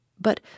but